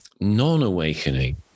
non-awakening